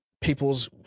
people's